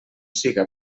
siga